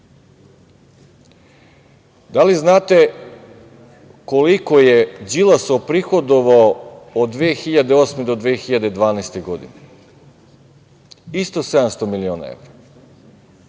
Da li znate koliko je Đilas prihodovao od 2008. do 2012. godine? Isto 700 miliona evra.